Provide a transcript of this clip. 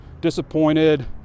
disappointed